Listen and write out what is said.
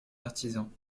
artisans